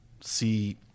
see